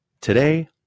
today